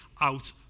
out